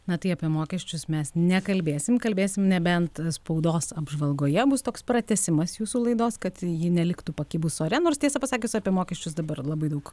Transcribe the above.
na tai apie mokesčius mes nekalbėsim kalbėsim nebent spaudos apžvalgoje bus toks pratęsimas jūsų laidos kad ji neliktų pakibus ore nors tiesą pasakius apie mokesčius dabar labai daug